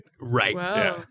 Right